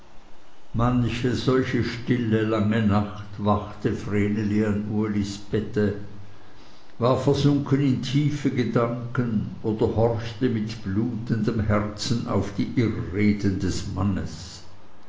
manche solche stille lange nacht wachte vreneli an ulis bette war versunken in tiefe gedanken oder horchte mit blutendem herzen auf die irreden des mannes